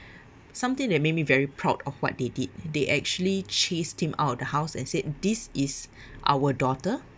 something that maybe very proud of what they did they actually chased him out of the house and said this is our daughter